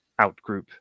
outgroup